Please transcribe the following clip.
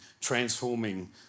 transforming